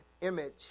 image